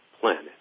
planet